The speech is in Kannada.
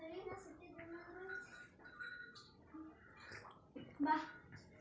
ಕಾಫಿ, ಟೇ, ಮತ್ತ ಇನ್ನಿತರ ತೋಟಗಾರಿಕಾ ಬೆಳೆಗಳನ್ನ ಬೆಳೆಯಾಕ ಯಾವ ರೇತಿ ಮಣ್ಣ ಭಾಳ ಅನುಕೂಲ ಆಕ್ತದ್ರಿ?